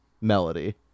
melody